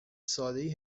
سادهای